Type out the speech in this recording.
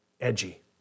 edgy